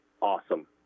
awesome